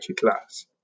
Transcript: class